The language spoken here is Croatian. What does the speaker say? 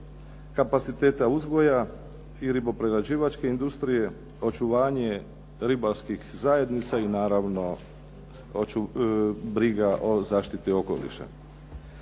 kapaciteta uzgoja i riboprerađivačke industrije, očuvanje ribarskih zajednica i naravno briga o zaštiti okoliša.